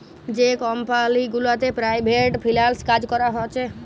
যে কমপালি গুলাতে private freelance কাজ ক্যরা হছে